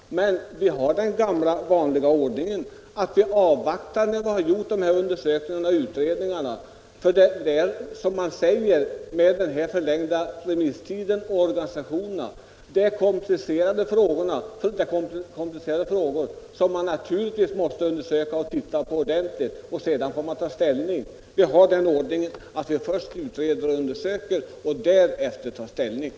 Men som vanligt vill vi avvakta resultaten av dessa undersökningar och utredningar. Anledningen till den förlängda remisstiden för organisationerna är att det är komplicerade frågor som man måste undersöka och granska ordentligt för att därefter ta ställning. Det är den ordning vi tillämpar.